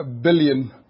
billion